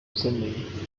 ikomeye